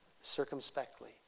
circumspectly